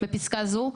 בפסקה זו,